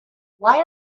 why